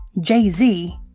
Jay-Z